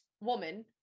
woman